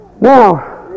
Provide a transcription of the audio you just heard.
Now